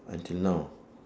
until now ah